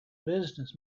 business